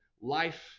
life